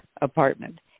apartment